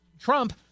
Trump